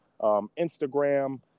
Instagram